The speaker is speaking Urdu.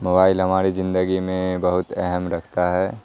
موبائل ہماری زندگی میں بہت اہم رکھتا ہے